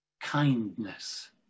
kindness